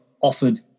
offered